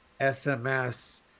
SMS